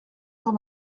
cent